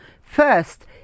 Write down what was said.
First